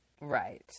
Right